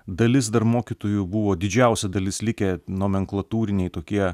dalis dar mokytojų buvo didžiausia dalis likę nomenklatūriniai tokie